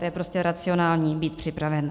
To je prostě racionální být připraven.